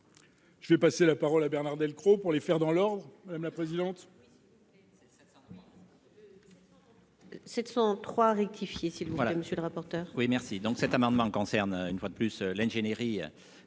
Je vais passer la parole à Bernard Delcros pour les faire dans l'ordre, madame la présidente. Oui, c'est 700. 703 rectifié si voilà, monsieur le rapporteur. Oui merci, donc cet amendement concerne une fois de plus, l'ingénierie